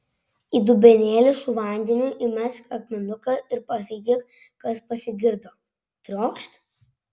į dubenėlį su vandeniu įmesk akmenuką ir pasakyk kas pasigirdo triokšt